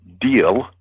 deal